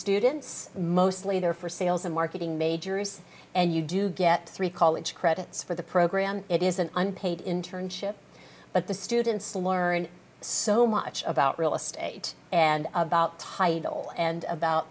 students mostly there for sales and marketing majors and you do get three college credits for the program it is an unpaid internship but the students learn so much about real estate and about title and about